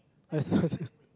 I